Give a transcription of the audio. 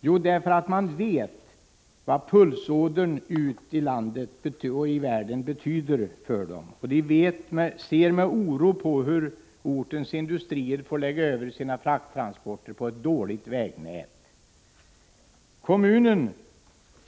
Jo, därför att människorna vet vad pulsådern ut i landet och ut i världen betyder för dem. De ser med oro på hur ortens industrier får lägga över sina frakttransporter på ett dåligt vägnät. Kommunen